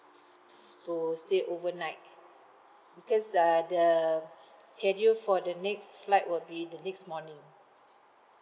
to stay overnight because uh the schedule for the next flight would be the next morning